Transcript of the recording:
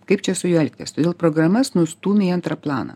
kaip čia su juo elgtis todėl programas nustūmė į antrą planą